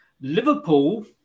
Liverpool